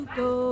go